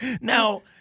Now